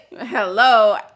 Hello